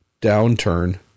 downturn